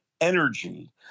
energy